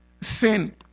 sin